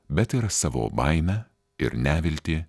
bet ir savo baimę ir neviltį